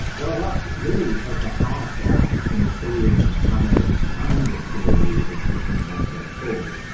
well, that's really at the heart of the matillion kind of founder story as this sometimes gets called.